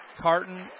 Carton